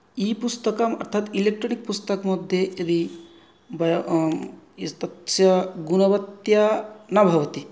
ईपुस्तकं तत् इलेक्ट्रानिक् पुस्तकमध्ये यदि तस्य गुणवत्या न भवति